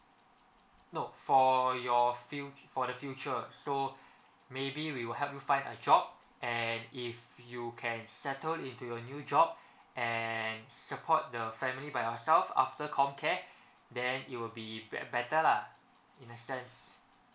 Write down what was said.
no for your fu~ for the future so maybe we will help you find a job and if you can settle into your new job and support the family by ourself after comcare then it will be bet~ better lah in a sense